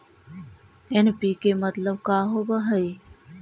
NPK मतलब का होव हइ?